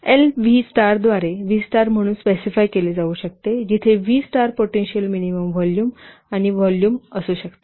L V star द्वारे V star म्हणून specify केले जाऊ शकते जिथे V star potential minimum volume आणि व्हॉल्युम असू शकते